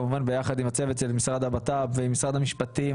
יחד עם הצוות של המשרד לבט"פ ועם משרד המשפטים.